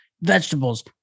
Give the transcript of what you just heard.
vegetables